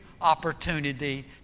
opportunity